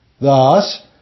Thus